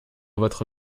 votre